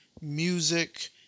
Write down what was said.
music